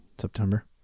September